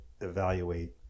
evaluate